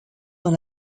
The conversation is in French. dans